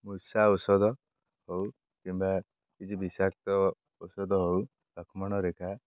ମୂଷା ଔଷଧ ହଉ କିମ୍ବା କିଛି ବିଷାକ୍ତ ଔଷଧ ହଉ ଲକ୍ଷ୍ମଣ ରେଖା